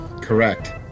correct